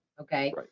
okay